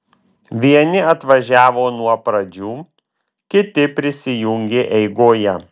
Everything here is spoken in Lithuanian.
vieni atvažiavo nuo pradžių kiti prisijungė eigoje